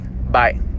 Bye